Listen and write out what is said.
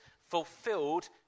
fulfilled